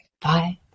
Bye